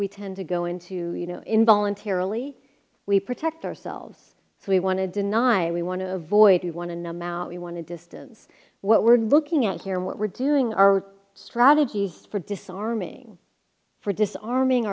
we tend to go into you know in voluntarily we protect ourselves so we want to deny we want to avoid we want to numb out we want to distance what we're looking at here what we're doing our strategy for disarming for disarming